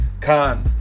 Khan